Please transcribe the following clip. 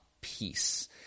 peace